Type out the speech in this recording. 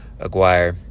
Aguirre